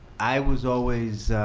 i was always